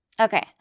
Okay